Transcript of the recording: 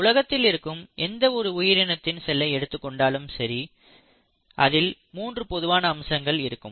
உலகத்தில் இருக்கும் எந்த ஒரு உயிரினத்தின் செல்லை எடுத்துக்கொண்டாலும் சரி அதில் மூன்று பொதுவான அம்சங்கள் இருக்கும்